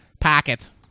Pockets